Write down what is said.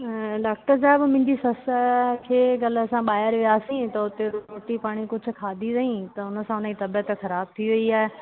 doctor साहिब मुंहिंजी ससु खे कल्हि असां ॿाहिरि वियासीं त हुते रोटी पाणी कुझु खाधी अथई त हुन सां हुन जी तबियत ख़राबु थी वेई आहे